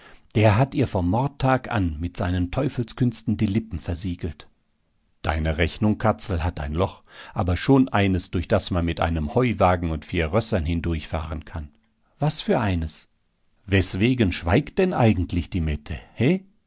der hat ihr vom mordtag an mit seinen teufelskünsten die lippen versiegelt deine rechnung katzel hat ein loch aber schon eines durch das man mit einem heuwagen und vier rössern hindurchfahren kann was für eines weswegen schweigt denn eigentlich die mette he